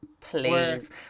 Please